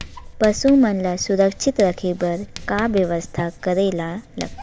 पशु मन ल सुरक्षित रखे बर का बेवस्था करेला लगथे?